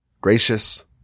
gracious